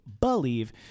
Believe